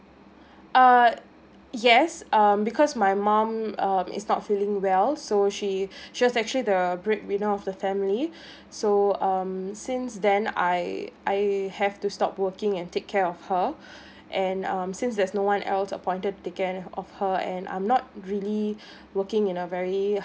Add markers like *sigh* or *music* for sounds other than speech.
uh yes um because my mom uh is not feeling well so she *breath* she was actually the bread winner of the family *breath* so um since then I I have to stop working and take care of her *breath* and um since there's no one else appointed to take care of her and I'm not really *breath* working in a very